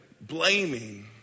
blaming